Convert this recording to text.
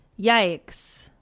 Yikes